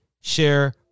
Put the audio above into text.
share